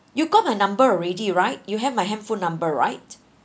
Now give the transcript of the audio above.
you got the number already right you have my handphone number right